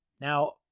Now